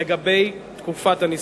לתקופת הניסוי.